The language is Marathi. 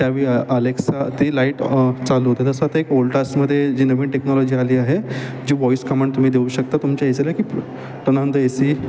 त्या वि अलेक्सचा ते लाईट चालू होते तसं तर एक ओल्टास्मदे जी नवीन टेक्नॉलॉजी आली आहे जी वॉईस कमांड तुम्ही देऊ शकता तुमच्या एसीला की टनांद एसी